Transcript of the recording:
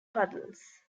puddles